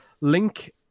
link